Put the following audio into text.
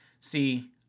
See